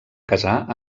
casar